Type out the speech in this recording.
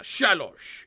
Shalosh